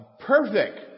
perfect